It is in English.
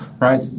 right